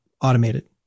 automated